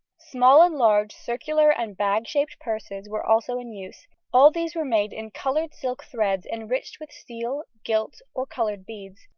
small and large circular and bag-shaped purses were also in use all these were made in coloured silk threads enriched with steel, gilt, or coloured beads,